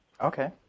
Okay